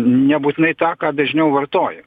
nebūtinai tą ką dažniau vartoji